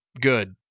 good